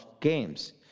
games